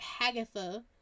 Hagatha